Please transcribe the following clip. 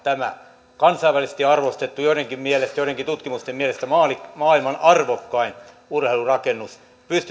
tämän kansainvälisesti arvostetun joidenkin tutkimusten mielestä maailman arvokkaimman urheilurakennuksen